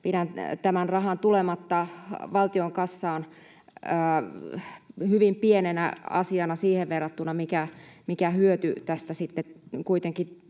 pidän tämän rahan tulematta jäämistä valtion kassaan hyvin pienenä asiana siihen verrattuna, mikä hyöty tästä sitten kuitenkin